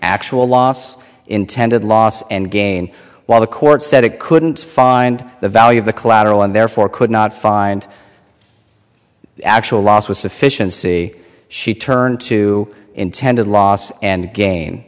actual loss intended loss and gain while the court said it couldn't find the value of the collateral and therefore could not find actual loss with sufficiency she turned to intended loss and again